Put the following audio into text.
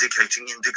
indicating